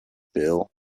bill